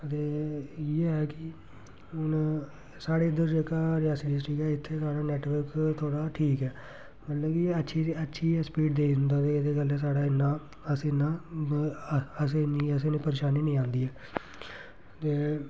ते इ'यै कि हून साढ़े इद्धर जेह्का रियासी डिस्ट्रिक ऐ इत्थै साढ़ा नेटवर्क थोह्ड़ा ठीक ऐ मतलब कि अच्छी अच्छी स्पीड देई दिंदा एह्दे कन्नै साढ़ा इन्ना अस इन्ना अस इन्नी असेंगी इन्नी परेशानी नेईं आंदी ऐ ते